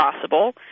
possible